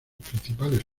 principales